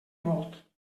molt